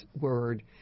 word